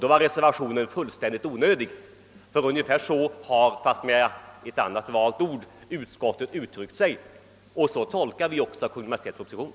Då var reservationen fullständigt onödig, ty ungefär så — fastän med ett annat ord — har vi inom utskottsmajoriteten uttryckt oss, och så tolkar vi också Kungl. Maj:ts proposition.